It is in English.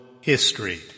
history